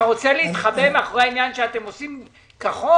אתה רוצה להתחבא מאחורי העניין שאתם עושים כחוק,